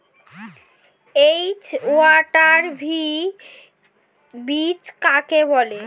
HYV বীজ কাকে বলে?